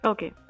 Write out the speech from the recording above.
Okay